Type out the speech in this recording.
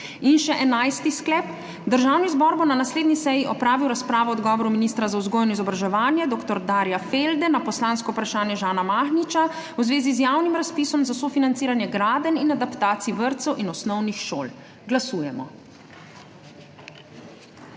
In še enajsti sklep: Državni zbor bo na naslednji seji opravil razpravo o odgovoru ministra za vzgojo in izobraževanje dr. Darja Felde na poslansko vprašanje Žana Mahniča v zvezi z javnim razpisom za sofinanciranje gradenj in adaptacij vrtcev in osnovnih šol. Glasujemo.